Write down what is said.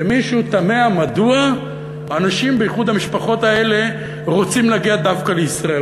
ומישהו תמה מדוע אנשים באיחוד המשפחות הזה רוצים להגיע דווקא לישראל,